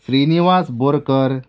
Srinivasa Borkar